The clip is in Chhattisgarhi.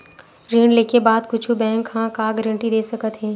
ऋण लेके बाद कुछु बैंक ह का गारेंटी दे सकत हे?